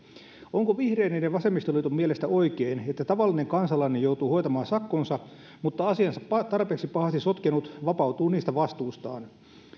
onko vihreiden ja vasemmistoliiton mielestä oikein että tavallinen kansalainen joutuu hoitamaan sakkonsa mutta asiansa tarpeeksi pahasti sotkenut vapautuu niistä vastuistaan